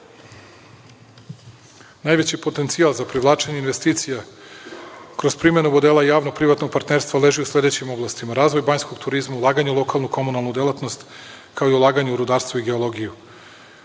70%.Najveći potencijal za privlačenje investicija kroz primenu modela javno-privatnog partnerstva leži u sledećim oblastima – razvoj banjskog turizma, ulaganje u lokalnu komunalnu delatnost, kao i ulaganje u rudarstvo i geologiju. Ovaj